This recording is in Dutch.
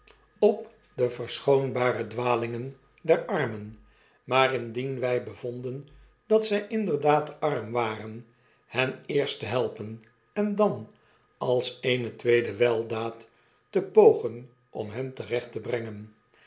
op de verschoonbare dwalingen der armen maar indien wy bevonden dat zy inderdaad arm waren hen eerst te helpen en dan als eene tweede weldaad te pogen om hen terecht te brengen